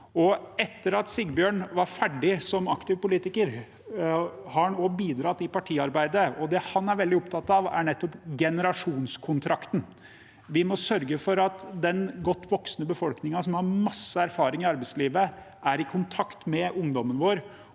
Etter at Sigbjørn var ferdig som aktiv politiker, har han også bidratt i partiarbeidet. Det han er veldig opptatt av, er nettopp generasjonskontrakten. Vi må sørge for at den godt voksne befolkningen, som har masse erfaring i arbeidslivet, er i kontakt med ungdommen vår,